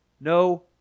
No